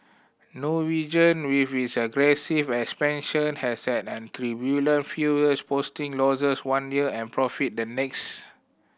Norwegian with its aggressive expansion has had an turbulent few years posting losses one year and profit the next